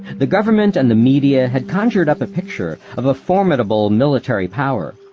the government and the media had conjured up a picture of a formidable military power,